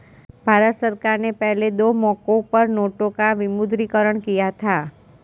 भारत सरकार ने पहले दो मौकों पर नोटों का विमुद्रीकरण किया था